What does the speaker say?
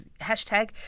hashtag